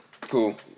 cool